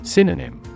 Synonym